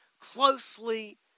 closely